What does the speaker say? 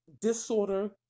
disorder